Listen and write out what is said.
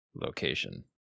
location